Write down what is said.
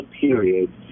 period